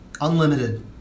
Unlimited